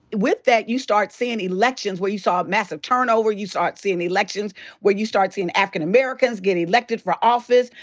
with that you start seein' elections where you saw massive turnover. you start seein' elections where you start seein' african americans getting elected for office.